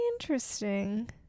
interesting